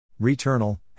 Returnal